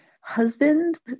husband